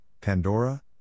Pandora